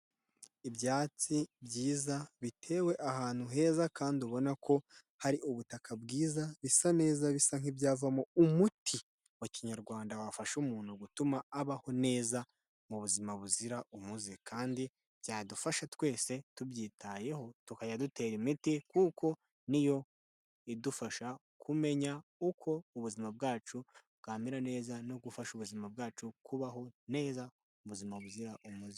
Ibyatsi byiza, bitewe ahantu heza kandi ubona ko hari ubutaka bwiza, bisa neza, bisa nk'ibyavamo umuti wa kinyarwanda wafasha umuntu gutuma abaho neza mu buzima buzira umuze kandi byadufasha twese tubyitayeho, tukajya dutera imiti kuko ni yo idufasha kumenya uko ubuzima bwacu bwamera neza no gufasha ubuzima bwacu kubaho neza mu buzima buzira umuze.